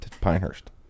Pinehurst